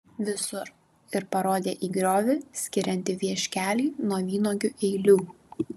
visur ir parodė į griovį skiriantį vieškelį nuo vynuogių eilių